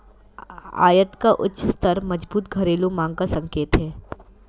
आयात का उच्च स्तर मजबूत घरेलू मांग का संकेत है